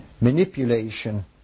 manipulation